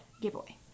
giveaway